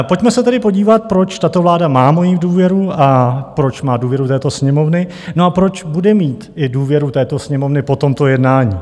Pojďme se tedy podívat, proč tato vláda má moji důvěru a proč má důvěru této Sněmovny, no a proč bude mít i důvěru této Sněmovny po tomto jednání.